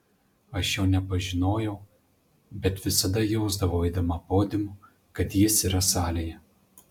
aš jo nepažinojau bet visada jausdavau eidama podiumu kad jis yra salėje